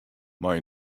mei